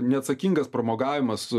neatsakingas pramogavimas